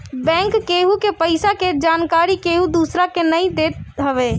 bank केहु के पईसा के जानकरी केहू दूसरा के नाई देत हवे